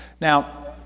Now